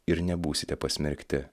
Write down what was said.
ir nebūsite pasmerkti